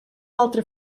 altra